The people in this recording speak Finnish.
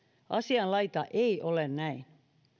asianlaita ei ole näin